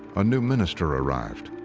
a new minister arrived.